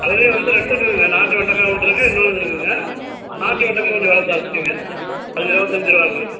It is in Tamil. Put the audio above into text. அதுலேயும் வந்து ரெண்டுக்குதுங்க நாட்டு வெண்டைக்கா ஒன்றிருக்கு இன்னொன்று ஒன்று இருக்குங்க நாட்டு வெண்டைக்கா கொஞ்சம் விலை ஜாஸ்திங்க அது இருவத்தஞ்சு ரூபாங்க